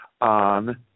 on